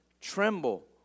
tremble